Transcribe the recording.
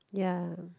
ya